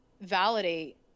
validate